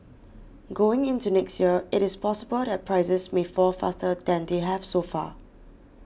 going into next year it is possible that prices may fall faster than they have so far